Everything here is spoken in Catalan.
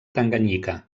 tanganyika